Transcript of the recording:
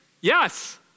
Yes